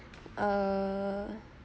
err